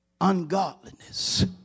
ungodliness